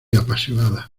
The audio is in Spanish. apasionada